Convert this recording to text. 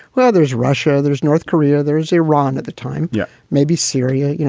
well, there's russia. there's north korea. there's iran at the time. yeah, maybe syria, you know.